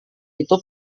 itu